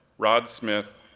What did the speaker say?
rod smith,